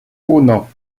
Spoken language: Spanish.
uno